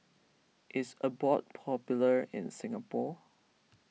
is Abbott popular in Singapore